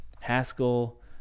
Haskell